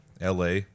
LA